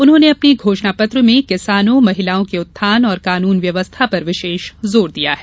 उन्होंने अपने घोषणा पत्र में किसानों महिलाओं के उत्थान और कानून व्यवस्था पर विशेष जोर दिया है